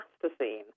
plasticine